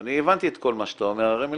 אני הבנתי את כל מה שאתה אומר מלכתחילה,